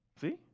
See